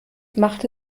machte